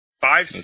five